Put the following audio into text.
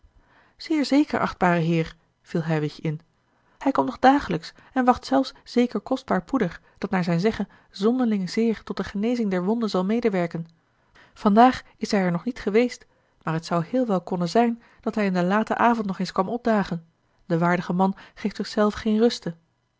zeer zeker achtbare heer viel heilwich in hij komt nog dagelijks en wacht zelfs zeker kostbaar poeder dat naar zijn zeggen zonderlinge zeer tot de genezing der wonde zal medewerken vandaag is hij er nog niet geweest maar het zou heel wel konnen zijn dat hij in den laten avond nog eens kwam opdagen de waardige man geeft zich zelven geene ruste